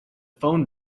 phone